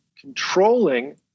controlling